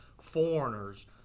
foreigners